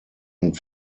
und